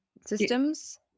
Systems